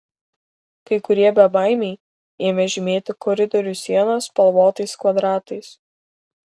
kai kurie bebaimiai ėmė žymėti koridorių sienas spalvotais kvadratais